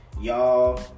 Y'all